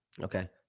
Okay